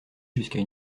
jusqu’à